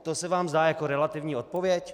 To se vám zdá jako relativní odpověď?